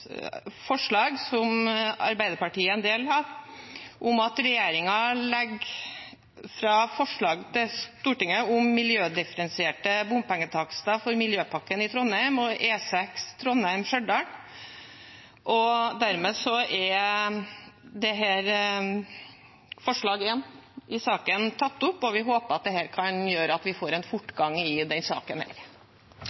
forslag, som Arbeiderpartiet er en del av, om at regjeringen legger fram forslag til Stortinget om miljødifferensierte bompengetakster for Miljøpakken i Trondheim og E6 Trondheim–Stjørdal. Dermed er forslag nr. 1 i saken tatt opp, og vi håper at dette kan gjøre at vi får en